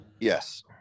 Yes